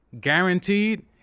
guaranteed